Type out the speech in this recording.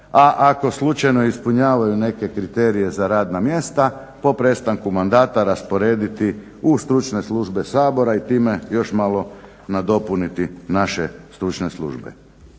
a ako slučajno ispunjavaju neke kriterije za radna mjesta, po prestanku mandata rasporediti u stručne službe Sabora i time još malo nadopuniti naše stručne službe.